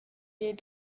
est